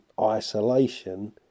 isolation